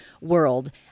world